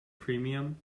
premium